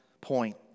point